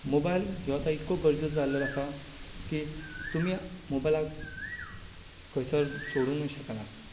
mobile हो आतां इतलो गरजेचा जाल्लो आसा की तुमी मोबायलाक खंयच सोडूंक शकनात